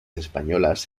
españolas